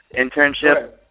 internship